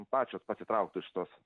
pačios pasitrauktų iš tos